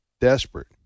desperate